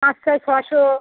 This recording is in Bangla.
পাঁচশো ছশো